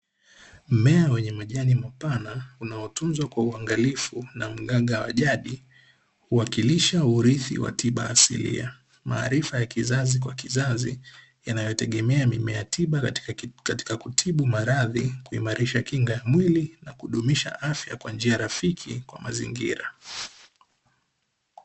Mmea wenye majani mapana unaotunzwa kwa uangalifu na mganga wa jadi, huwakilisha urithi wa tiba asilia. Maarifa ya kizazi kwa kizazi yanayotegemea mimea tiba katika kutibu maradhi, kuimarisha kinga ya mwili, na kudumisha afya kwa njia rafiki kwa mazingira.